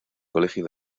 colegio